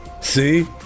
See